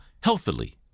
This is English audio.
healthily